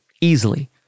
easily